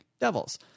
devils